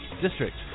district